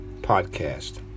Podcast